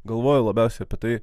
galvoju labiausiai apie tai